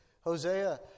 Hosea